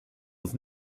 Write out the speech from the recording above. uns